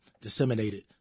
disseminated